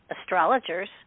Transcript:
astrologers